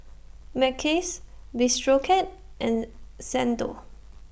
Mackays Bistro Cat and Xndo